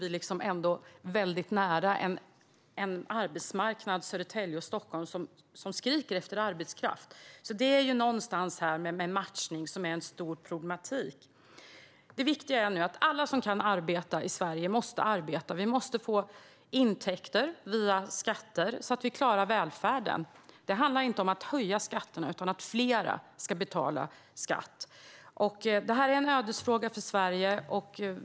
Vi bor ändå nära en arbetsmarknad, Södertälje och Stockholm, som skriker efter arbetskraft, så matchningen är en stor problematik. Alla som kan arbeta måste arbeta. Vi måste få intäkter via skatter så att vi klarar välfärden. Det handlar inte om att höja skatterna utan om att fler ska betala skatt. Det här är en ödesfråga för Sverige.